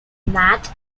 match